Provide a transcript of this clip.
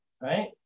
Right